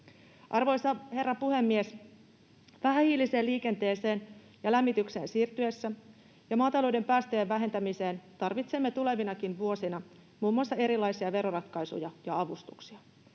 Arvoisa herra puhemies! Vähähiiliseen liikenteeseen ja lämmitykseen siirryttäessä ja maatalouden päästöjen vähentämiseen tarvitsemme tulevinakin vuosina muun muassa erilaisia veroratkaisuja ja avustuksia.